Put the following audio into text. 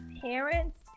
parents